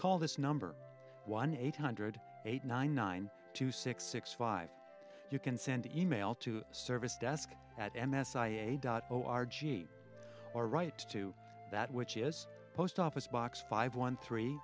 call this number one eight hundred eight nine nine two six six five you can send e mail to service desk at m s i a dot o r gene or write to that which is post office box five one three